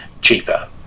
cheaper